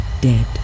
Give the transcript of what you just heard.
dead